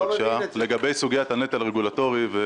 לגבי סוגיית הנטל הרגולטורי.